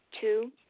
Two